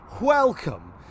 welcome